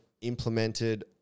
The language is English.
implemented